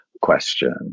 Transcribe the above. question